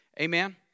Amen